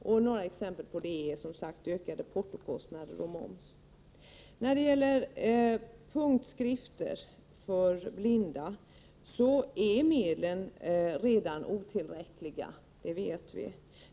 Ett par exempel på det är som sagt ökade portokostnader och moms. När det gäller punktskrifter för blinda är medlen redan otillräckliga, det vet vi.